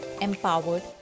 empowered